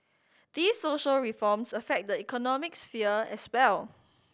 these social reforms affect the economic sphere as well